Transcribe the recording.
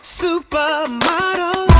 supermodel